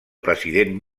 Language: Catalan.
president